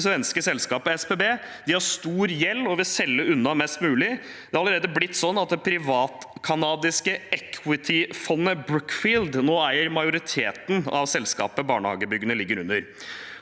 svenske selskapet SBB. De har stor gjeld og vil selge unna mest mulig. Det har allerede blitt slik at det private kanadiske equity-fondet Brookfield nå eier majoriteten av selskapet barnehagebyggene ligger under.